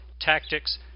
tactics